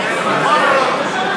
הכנסת.